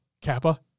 Kappa